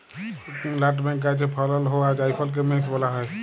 nutmeg গাহাচে ফলল হউয়া জাইফলকে মেস ব্যলা হ্যয়